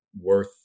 worth